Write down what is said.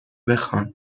بخوان